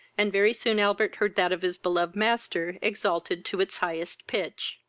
and very soon albert heard that of his beloved master exalted to its highest pitch.